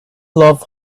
love